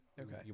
okay